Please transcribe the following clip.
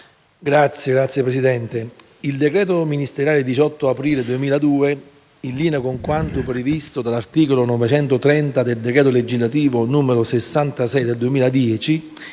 Signor Presidente, il decreto ministeriale 18 aprile 2002, in linea con quanto previsto dall'articolo 930 del decreto legislativo n. 66 del 2010,